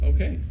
Okay